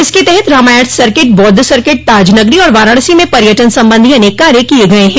इसके तहत रामायण सर्किट बौद्ध सर्किट ताज नगरी और वाराणसी में पर्यटन संबंधी अनेक कार्य किये गये हैं